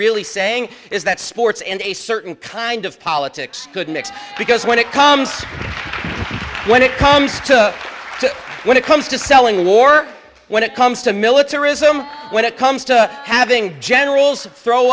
really saying is that sports and a certain kind of politics could next because when it comes to when it comes to when it comes to selling war when it comes to militarism when it comes to having generals throw